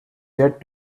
yet